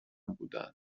بودن